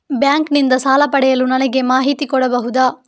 Bank ನಿಂದ ಸಾಲ ಪಡೆಯಲು ನನಗೆ ಮಾಹಿತಿ ಕೊಡಬಹುದ?